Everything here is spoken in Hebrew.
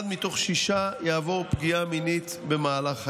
אחד מתוך שישה יעבור פגיעה מינית במהלך חייו.